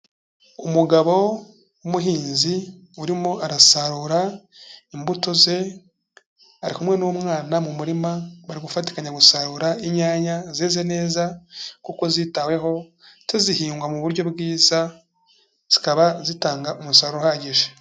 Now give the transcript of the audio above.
Umugabo w'umuhinzi urimo arasarura imbuto ze, ari kumwe n'umwana mu murima, bari gufatikanya gusarura inyanya zeze neza kuko zitaweho, tuzihinga mu buryo bwiza zikaba zitanga umusaruro uhagije.